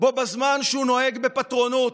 בו בזמן שהוא נוהג בפטרונות.